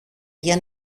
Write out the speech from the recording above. για